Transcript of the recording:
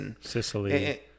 Sicily